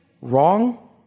wrong